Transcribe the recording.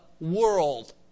world